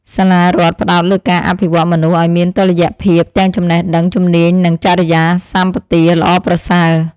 សាលារដ្ឋផ្ដោតលើការអភិវឌ្ឍមនុស្សឱ្យមានតុល្យភាពទាំងចំណេះដឹង ជំនាញ និងចរិយាសម្បទាល្អប្រសើរ។